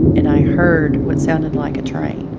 and i heard what sounded like a train.